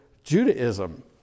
Judaism